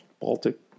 Baltic